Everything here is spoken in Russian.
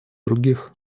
других